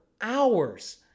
hours